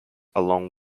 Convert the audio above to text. along